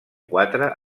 quatre